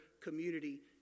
community